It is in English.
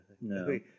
No